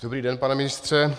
Dobrý den, pane ministře.